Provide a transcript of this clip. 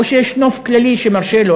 או שיש נוף כללי שמרשה לו,